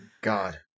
god